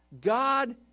God